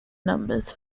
numbers